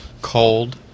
cold